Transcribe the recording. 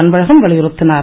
Anbazhagan வலியுத்தினார்